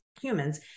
humans